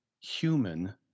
human